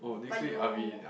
but you